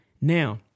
now